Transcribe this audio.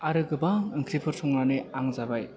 आरो गोबां ओंख्रिफोर संनानै आं जाबाय